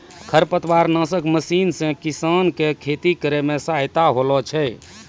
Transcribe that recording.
खरपतवार नासक मशीन से किसान के खेती करै मे सहायता होलै छै